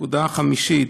הנקודה הרביעית,